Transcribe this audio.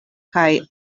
kaj